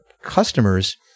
customers